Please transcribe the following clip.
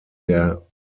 der